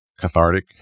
cathartic